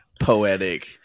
Poetic